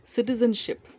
Citizenship